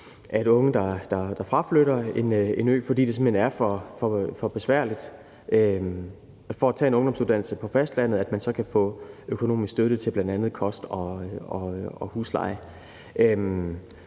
unge, der fraflytter en ø, fordi det ellers simpelt hen er for besværligt at tage en ungdomsuddannelse på fastlandet, kan få økonomisk støtte til bl.a. kost og husleje.